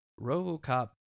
RoboCop